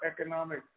economic